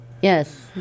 Yes